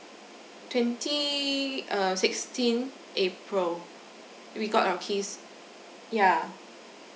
twenty uh sixteen april we got our keys yeah